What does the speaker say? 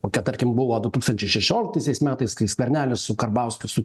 kokia tarkim buvo du tūkstančiai šešioliktaisiais metais kai skvernelis su karbauskiu su